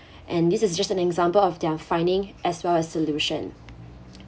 and this is just an example of their finding as well as solution